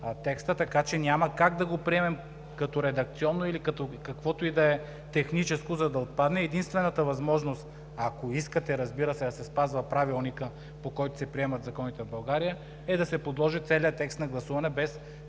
текст. Така че няма как да го приемем като редакционно или като каквото и да е техническо, за да отпадне. Единствената възможност, ако искате, разбира се, да се спазва Правилникът, по който се приемат законите в България, е да се подложи целият текст на гласуване без